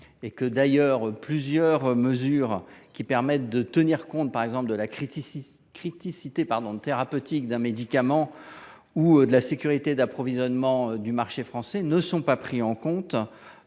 D’ailleurs, plusieurs mesures, qui permettent de tenir compte de la criticité thérapeutique d’un médicament ou de la sécurité d’approvisionnement du marché français, ne sont pas prises en compte